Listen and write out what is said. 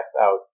out